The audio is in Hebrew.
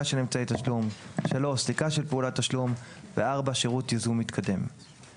של אמצעי תשלום; סליקה של פעולת תשלום; שירות ייזום מתקדם;